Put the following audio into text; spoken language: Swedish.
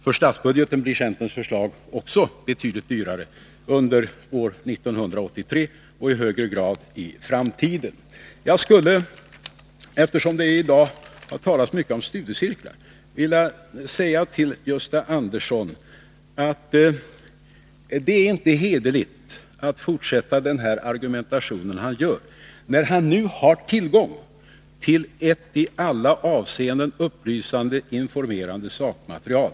För statsbudgeten blir centerns förslag också betydligt dyrare under år 1983 och i än högre grad i framtiden. Eftersom det i dag har talats mycket om studiecirklar skulle jag vilja säga till Gösta Andersson att det inte är hederligt att fortsätta den här argumentationen när han nu har tillgång till ett i alla avseenden upplysande sakmaterial.